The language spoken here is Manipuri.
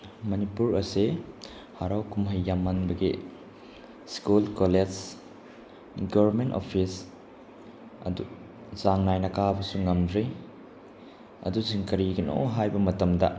ꯃꯅꯤꯄꯨꯔ ꯑꯁꯤ ꯍꯥꯔꯥꯎ ꯀꯨꯝꯍꯩ ꯌꯥꯝꯃꯟꯕꯒꯤ ꯁ꯭ꯀꯨꯜ ꯀꯣꯂꯦꯖ ꯒꯣꯔꯃꯦꯟ ꯑꯣꯐꯤꯁ ꯑꯗꯨ ꯆꯥꯡ ꯅꯥꯏꯅ ꯀꯥꯕꯁꯨ ꯉꯝꯗ꯭ꯔꯤ ꯑꯗꯨꯁꯤꯡ ꯀꯔꯤꯒꯤꯅꯣ ꯍꯥꯏꯕ ꯃꯇꯝꯗ